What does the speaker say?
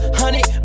honey